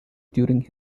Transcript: during